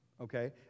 okay